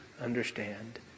understand